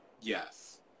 Yes